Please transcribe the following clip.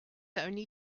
only